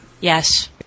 Yes